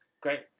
Great